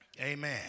Amen